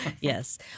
Yes